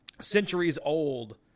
centuries-old